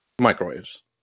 Microwaves